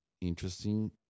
Interesting